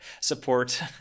support